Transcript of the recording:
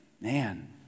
man